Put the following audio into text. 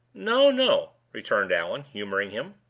no, no, returned allan, humoring him.